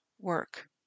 work